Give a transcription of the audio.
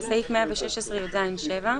"116יז7.